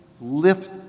lift